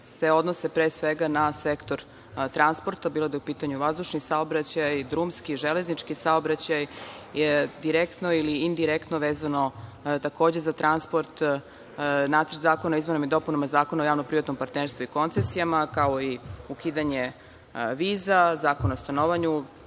se odnose, pre svega, na sektor transporta, bilo da je u pitanju vazdušni saobraćaj, drumski, železnički saobraćaj je direktno ili indirektno vezano takođe za transport. Nacrt zakona o izmenama i dopunama Zakona o javno-privatnom partnerstvu i koncesijama, kao i ukidanje viza, zakon o stanovanju,